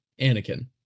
Anakin